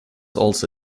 also